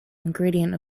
ingredient